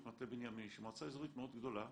מטה בנימין שהיא מועצה אזורית מאוד גדולה